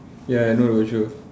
ya I know the show